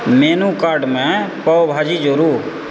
menu कार्डमे पावभाजी जोड़ू